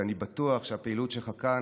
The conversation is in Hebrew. ואני בטוח שהפעילות שלך כאן,